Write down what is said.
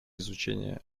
изучение